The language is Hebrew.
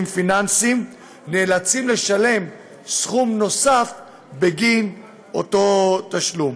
פיננסיים נאלצים לשלם סכום נוסף בגין אותו תשלום.